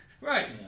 Right